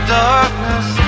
darkness